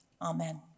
Amen